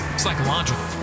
psychological